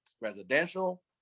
residential